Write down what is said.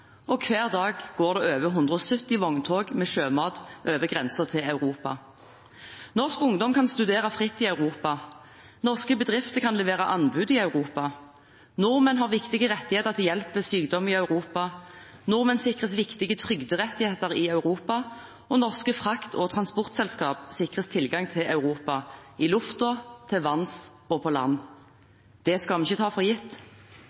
og hver dag går det over 170 vogntog med sjømat over grensen til Europa. Norsk ungdom kan studere fritt i Europa, norske bedrifter kan levere anbud i Europa, nordmenn har viktige rettigheter til hjelp ved sykdom i Europa, nordmenn sikres viktige trygderettigheter i Europa, og norske frakt- og transportselskaper sikres tilgang til Europa i lufta, til vanns og på land. Det skal vi ikke ta for gitt.